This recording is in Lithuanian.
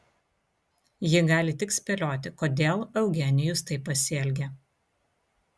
ji gali tik spėlioti kodėl eugenijus taip pasielgė